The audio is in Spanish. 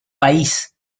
país